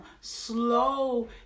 slow